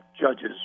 judges